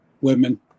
women